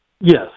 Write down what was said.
Yes